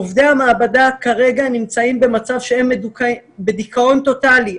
עובדי המעבדה כרגע נמצאים במצב שהם בדיכאון טוטאלי.